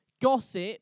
Gossip